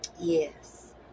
yes